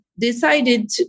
decided